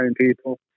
people